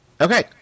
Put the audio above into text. okay